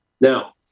Now